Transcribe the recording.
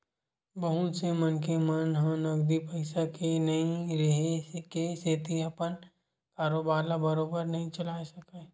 बहुत से मनखे मन ह नगदी पइसा के नइ रेहे के सेती अपन कारोबार ल बरोबर नइ चलाय सकय